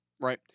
right